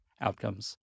outcomes